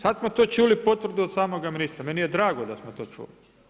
Sada smo čuli potvrdu od samoga ministra, meni je drago da smo to čuli.